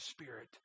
Spirit